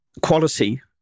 Quality